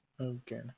Okay